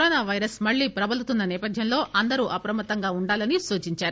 corona virus మళ్లీ ప్రబలుతున్న నేపథ్యంలో అందరూ అప్రమత్తంగా ఉండాలని సూచించారు